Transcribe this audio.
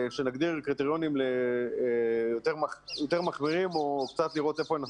שנגדיר קריטריונים יותר מחמירים או קצת לראות איפה אנחנו